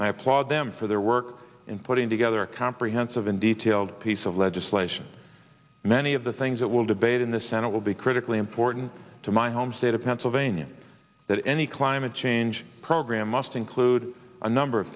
i applaud them for their work in putting together a comprehensive and detailed piece of legislation many of the things that will debate in the senate will be critically important to my home state of pennsylvania that any climate change program must include a number of